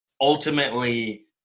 ultimately